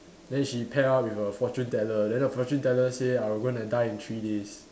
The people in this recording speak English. then he pair up with a fortune teller then the fortune teller say I'm going to die in three days